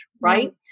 right